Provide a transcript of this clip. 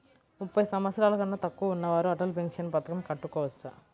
ముప్పై సంవత్సరాలకన్నా తక్కువ ఉన్నవారు అటల్ పెన్షన్ పథకం కట్టుకోవచ్చా?